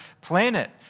planet